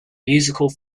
musical